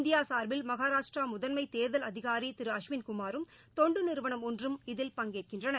India சார்பில் மகாராஷ்டிரா முதன்ஸம தேர்தல் அதிகாரி திரு அஸ்வின் குமாரும் தொண்டு நிறுவனம் ஒன்றும் இதில் பங்கேற்கின்றனர்